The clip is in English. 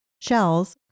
shells